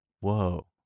Whoa